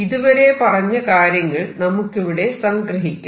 ഇതുവരെ പറഞ്ഞ കാര്യങ്ങൾ നമുക്കിവിടെ സംഗ്രഹിക്കാം